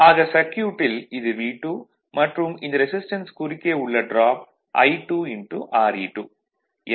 ஆக சர்க்யூட்டில் இது V2 மற்றும் இந்த ரெசிஸ்டன்ஸ் குறுக்கே உள்ள டிராப் I2 Re2